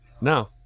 No